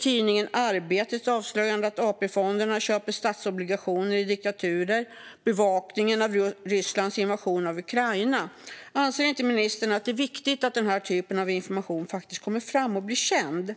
tidningen Arbetets avslöjande att AP-fonderna köper statsobligationer i diktaturer och bevakningen av Rysslands invasion av Ukraina. Anser inte ministern att det är viktigt att sådan information kommer fram och blir känd?